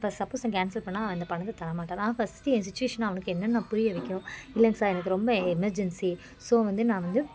இப்போ suppose cancel பண்ணால் அந்த பணத்தை தரமாட்டாள் நான் ஃபஸ்ட்டு என் சுச்சுவேஷனை அவனுக்கு என்னன்னு நான் புரிய வைக்கணும் இல்லைங்க சார் எனக்கு ரொம்ப எமர்ஜென்சி ஸோ வந்து நான் வந்து